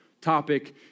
topic